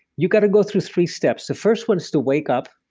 you got to go through three steps. the first ones to wake up.